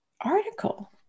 article